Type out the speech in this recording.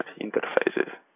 interfaces